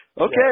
okay